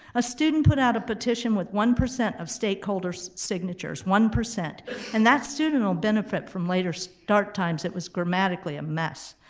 a student put out a petition with one percent of stakeholders' signatures, one. and that student will benefit from later start times. it was grammatically a mess.